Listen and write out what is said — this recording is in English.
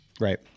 Right